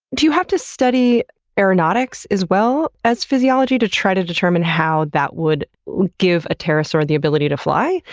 do you have to study aeronautics as well as physiology to try to determine how that would would give a pterosaur the ability to fly?